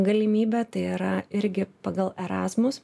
galimybė tai yra irgi pagal erasmus